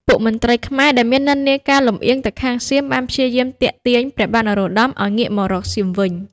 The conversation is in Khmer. ពួកមន្ត្រីខ្មែរដែលមាននិន្នាការលំអៀងទៅខាងសៀមបានព្យាយាមទាក់ទាញព្រះបាទនរោត្តមឲ្យងាកមករកសៀមវិញ។